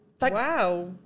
Wow